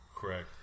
Correct